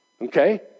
Okay